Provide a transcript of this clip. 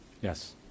Yes